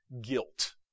guilt